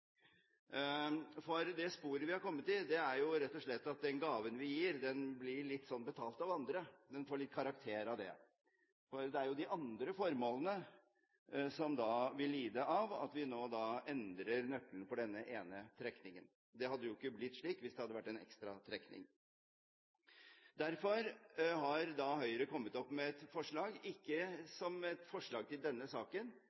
Det sporet vi har kommet i, er rett og slett at den gaven vi gir, blir betalt av andre – den får litt karakter av det. Det er de andre formålene som da vil lide under at vi nå endrer nøkkelen for denne ene trekningen. Det hadde ikke blitt slik hvis det hadde vært en ekstra trekning. Derfor har Høyre kommet med et forslag, ikke som et forslag til denne saken,